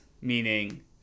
meaning